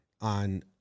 on